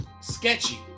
sketchy